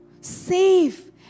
safe